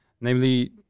namely